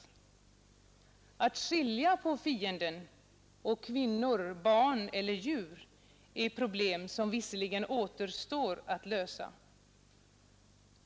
Att skilja på fienden och kvinnor, barn eller djur är problem som visserligen återstår att lösa.